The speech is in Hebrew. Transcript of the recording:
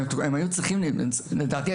לדעתי,